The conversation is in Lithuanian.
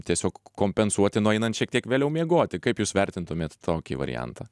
tiesiog kompensuoti nueinant šiek tiek vėliau miegoti kaip jūs vertintumėt tokį variantą